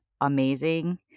amazing